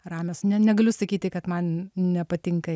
ramios ne negaliu sakyti kad man nepatinka